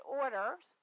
orders